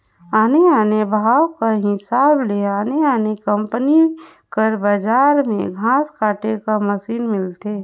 आने आने भाव कर हिसाब ले आने आने कंपनी कर बजार में घांस काटे कर मसीन मिलथे